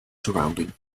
surrounding